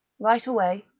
right away,